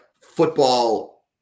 football